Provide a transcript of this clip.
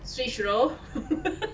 switch role